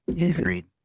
agreed